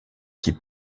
qui